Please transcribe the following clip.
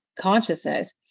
consciousness